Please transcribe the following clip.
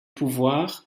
pouvoir